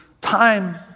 time